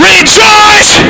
Rejoice